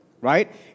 right